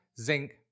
zinc